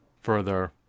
further